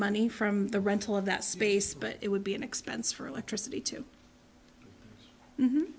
money from the rental of that space but it would be an expense for electricity to